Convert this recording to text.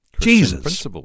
Jesus